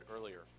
earlier